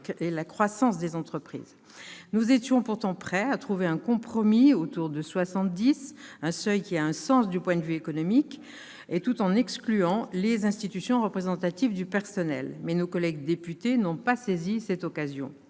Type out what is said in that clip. Nous étions prêts à trouver un compromis autour de soixante-dix, un seuil qui a du sens du point de vue économique, tout en excluant du dispositif les institutions représentatives du personnel. Nos collègues députés n'ont pas saisi cette occasion.